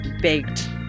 baked